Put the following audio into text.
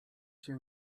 się